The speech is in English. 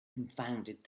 confounded